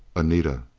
anita!